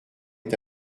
est